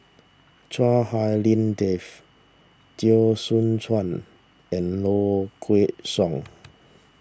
Chua Hak Lien Dave Teo Soon Chuan and Low Kway Song